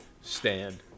stand